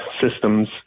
systems